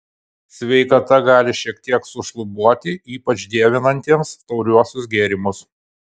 sveikata gali šiek tiek sušlubuoti ypač dievinantiems tauriuosius gėrimus